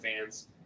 fans